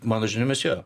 mano žiniomis jo